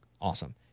Awesome